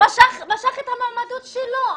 משך את המועמדות שלו.